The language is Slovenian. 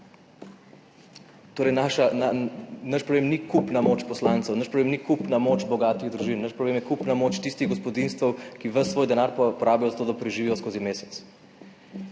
Naš problem ni kupna moč poslancev, naš problem ni kupna moč bogatih družin, naš problem je kupna moč tistih gospodinjstev, ki ves svoj denar porabijo za to, da preživijo skozi mesec.